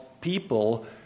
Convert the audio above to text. people